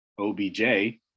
OBJ